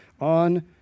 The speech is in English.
on